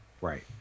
Right